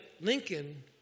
Lincoln